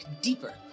deeper